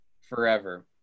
forever